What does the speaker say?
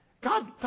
God